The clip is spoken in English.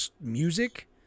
music